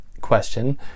question